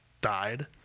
died